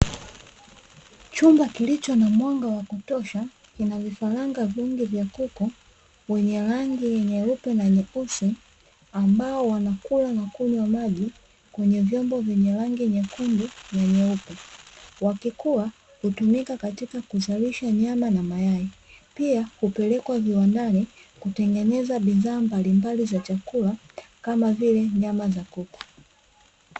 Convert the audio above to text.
Chumba kilicho na mwanga wa kutosha, kuna vifaranga vingi vya kuku, wenye rangi nyeupe na nyeusi, ambao wanakula na kunywa maji, kwenye vyombo vyenye rangi nyekundu na nyeupe, wakikuwa hutumika katika kuzalisha nyama na mayai. Pia hupelekwa viwandani, kutengeneza bidhaa mbalimbali za chakula kama vile nyama za kuku.